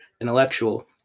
intellectual